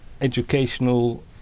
educational